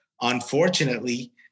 unfortunately